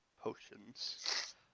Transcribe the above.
potions